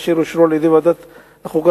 אשר אושרו על-ידי ועדת החוקה,